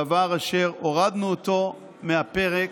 דבר אשר הורדנו אותו מהפרק,